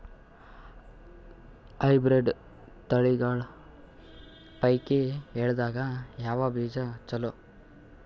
Hybrid ತಳಿಗಳ ಪೈಕಿ ಎಳ್ಳ ದಾಗ ಯಾವ ಬೀಜ ಚಲೋ?